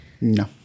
No